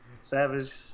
Savage